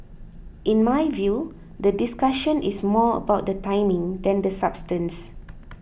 in my view the discussion is more about the timing than the substance